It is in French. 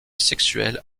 sexuelle